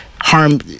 Harm